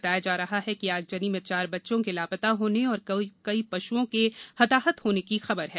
बताया जा रहा है कि आगजनी में चार बच्चों के लापता होने और कई पश्ओं के हताहत होने की खबर है